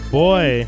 boy